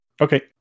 Okay